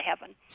heaven